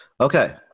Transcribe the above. Okay